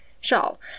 shawl